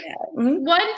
One